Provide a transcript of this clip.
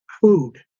food